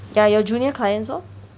ya your junior clients lor